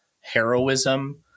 heroism